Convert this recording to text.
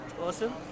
awesome